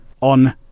on